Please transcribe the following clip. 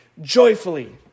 joyfully